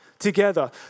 together